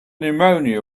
pneumonia